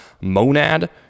Monad